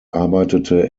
arbeitete